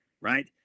right